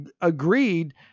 agreed